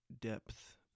depth